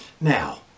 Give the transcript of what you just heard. Now